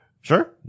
Sure